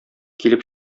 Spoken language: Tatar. килеп